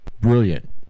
brilliant